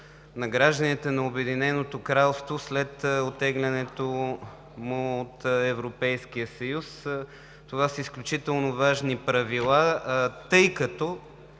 на гражданите на Обединеното кралство след оттеглянето му от Европейския съюз – това са изключително важни правила. И към